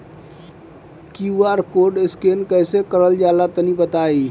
QR code scan कैसे क़रल जला तनि बताई?